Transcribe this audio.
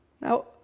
Now